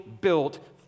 built